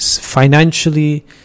Financially